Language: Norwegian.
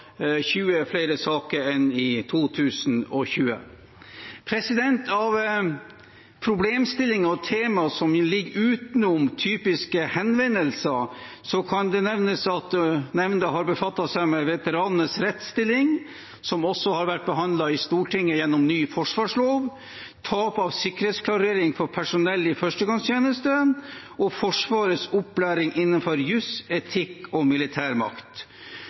20 flere saker enn i 2020. Av problemstillinger og tema som ligger utenom typiske henvendelser, kan det nevnes at nemnda har befattet seg med veteranenes rettsstilling, som også har vært behandlet i Stortinget gjennom ny forsvarslov, tap av sikkerhetsklarering for personell i førstegangstjeneste og Forsvarets opplæring innenfor jus, etikk og militærmakt.